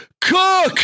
Cook